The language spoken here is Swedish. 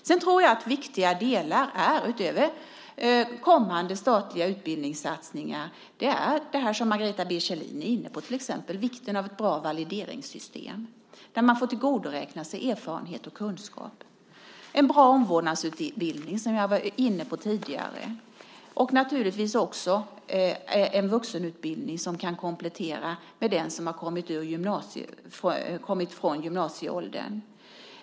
Jag tror att viktiga delar utöver kommande statliga utbildningssatsningar är till exempel ett bra valideringssystem - som Margareta B Kjellin var inne på - där man får tillgodoräkna sig erfarenhet och kunskap, en bra omvårdnadsutbildning, som jag talade om tidigare, och naturligtvis också en vuxenutbildning som komplettering för den som inte är i gymnasieåldern.